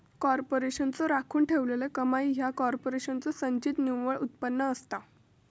कॉर्पोरेशनचो राखून ठेवलेला कमाई ह्या कॉर्पोरेशनचो संचित निव्वळ उत्पन्न असता